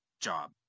job